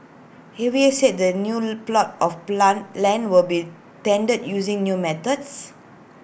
A V A said the new plots of plan land will be tendered using new methods